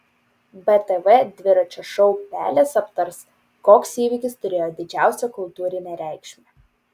btv dviračio šou pelės aptars koks įvykis turėjo didžiausią kultūrinę reikšmę